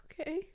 Okay